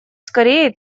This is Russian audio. скорее